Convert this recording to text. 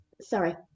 sorry